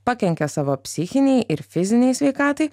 pakenkia savo psichinei ir fizinei sveikatai